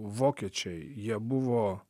vokiečiai jie buvo